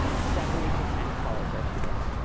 seventy percent college-educated.